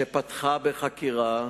שפתחה בחקירה,